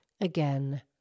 again